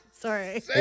Sorry